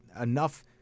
enough